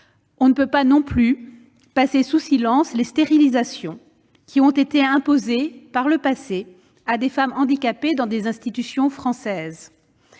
On ne peut pas non plus passer sous silence les stérilisations qui ont été imposées par le passé à des femmes handicapées dans des institutions françaises.